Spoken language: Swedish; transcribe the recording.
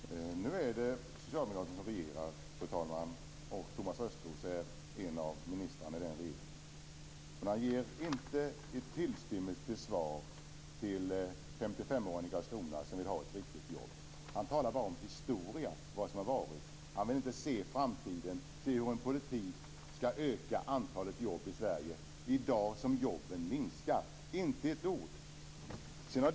Fru talman! Nu är det Socialdemokraterna som regerar, och Thomas Östros är en av ministrarna i regeringen. Han ger inte en tillstymmelse till svar till 55 åringen i Karlskrona, som vill ha ett riktigt jobb. Han talar bara om historia, vad som har varit. Han vill inte se framtiden, vilken politik som behövs för att öka antalet jobb i Sverige, i dag när jobben minskar. Han säger inte ett ord om detta.